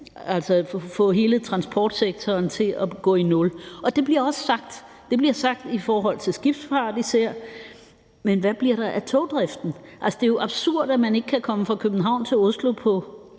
altså få hele transportsektoren til at gå i nul. Det bliver også sagt – det bliver sagt i forhold til skibsfart især, men hvad bliver der af togdriften? Det er jo absurd, at man ikke kan komme fra København til Oslo på